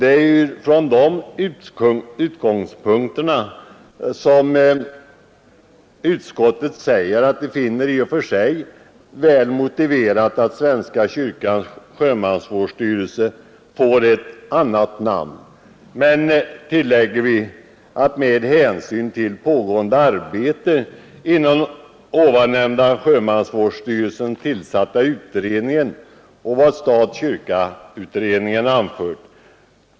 Det är från dessa utgångspunkter som vi skriver att utskottet i och för sig finner det väl motiverat att Svenska kyrkans sjömansvårdsstyrelse får ett annat namn men att namnändringen bör få anstå med hänsyn till pågående arbete inom den av sjömansvårdsstyrelsen tillsatta utredningen och till vad stat—kyrka-beredningen anfört.